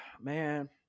man